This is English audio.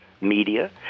Media